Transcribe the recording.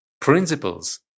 principles